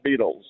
Beatles